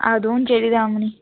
அதுவும் சரிதான் அம்மனி